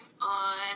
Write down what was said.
on